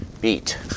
beat